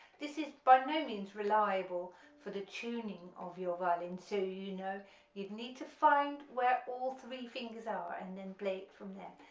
this is by no means reliable for the tuning of your violin so you know you need to find where all three fingers are and then play it from there.